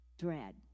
Dread